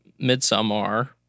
Midsommar